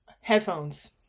Headphones